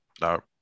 No